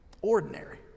ordinary